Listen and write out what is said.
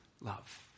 love